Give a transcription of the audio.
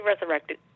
resurrected